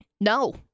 No